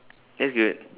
that's good